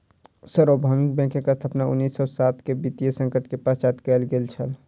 सार्वभौमिक बैंकक स्थापना उन्नीस सौ सात के वित्तीय संकट के पश्चात कयल गेल छल